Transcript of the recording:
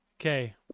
okay